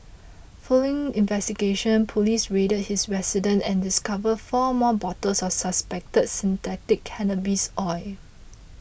following investigations polices raided his residence and discovered four more bottles of suspected synthetic cannabis oil